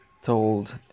told